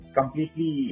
completely